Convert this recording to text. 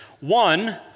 One